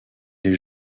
les